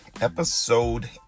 Episode